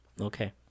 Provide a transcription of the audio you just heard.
Okay